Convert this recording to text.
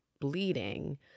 bleeding